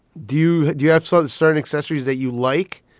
do you do you have certain certain accessories that you like,